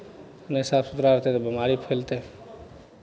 नहि साफ सुथरा रहतै तऽ बेमारी फैलतै